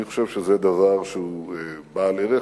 אני חושב שזה דבר שהוא בעל ערך,